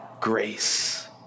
grace